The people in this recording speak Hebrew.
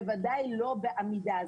בוודאי לא בעמידה.